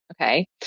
Okay